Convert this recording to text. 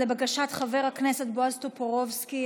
לבקשת חבר הכנסת בועז טופורובסקי,